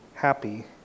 happy